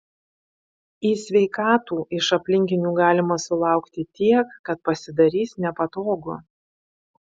į sveikatų iš aplinkinių galima sulaukti tiek kad pasidarys nepatogu